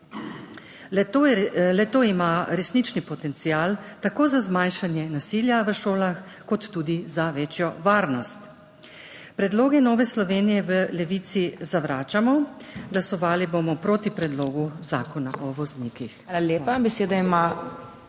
Le to ima resnični potencial tako za zmanjšanje nasilja v šolah kot tudi za večjo varnost. Predloge Nove Slovenije v Levici zavračamo, glasovali bomo proti predlogu Zakona o voznikih.